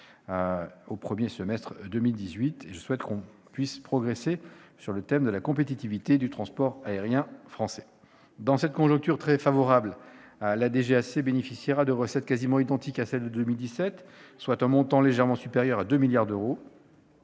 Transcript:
au premier semestre 2018. Je souhaite que nous puissions progresser à cette occasion sur les thèmes de la compétitivité du transport aérien français. Dans cette conjoncture très favorable, la DGAC bénéficiera de recettes quasiment identiques à celles de 2017, soit un montant légèrement supérieur à 2 milliards d'euros.